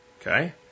okay